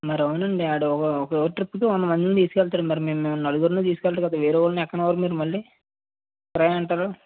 మరి అవును అండి వాడు ఒక ట్రిప్కి వంద మందిని తీసుకు వెళ్తాడు మరి మేము నలుగురిని తీసుకు వెళతాం కదా వేరే వాళ్ళని ఎక్కనివ్వరు మీరు మళ్ళీ ట్రై అంటారు